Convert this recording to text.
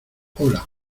hola